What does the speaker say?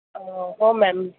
ହଉ ମ୍ୟାମ୍